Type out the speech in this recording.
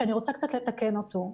ואני רוצה קצת לתקן אותו.